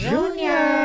Junior